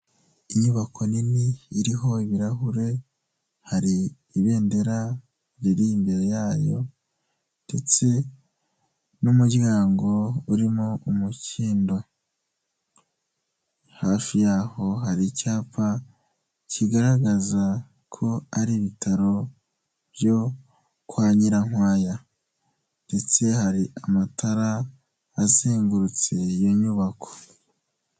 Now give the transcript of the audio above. Inyubako nini iriho ibirahure, hari ibendera riri imbere yayo ndetse n'umuryango urimo umukindo. Hafi yaho, hari icyapa kigaragaza ko ari ibitaro byo kwa Nyirankwaya ndetse hari amatara azengurutse iyi nyubako.